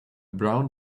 brown